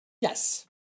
Yes